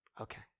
Okay